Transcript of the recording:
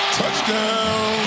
touchdown